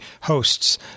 hosts